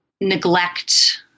neglect